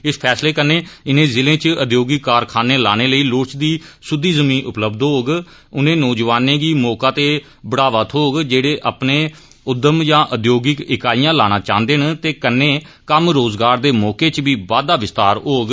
इस फैसले कन्नै इनें जिलें च उद्योग कारखानें लाने लेई लोड़चदी सुददी जिमी उपलब्ध होग उनें नौजवानें गी मौका ते बढ़ावा थोग जेड़े अपने उदयम या औद्योगिक इकाइयां लाना चाहंदे न ते कन्नै कम्म रोजगार दे मौकें च बी बाद्दा विस्तार होग